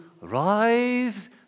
rise